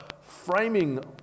framing